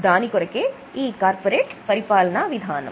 దాని కొరకే ఈ కార్పొరేట్ పరిపాలన విధానం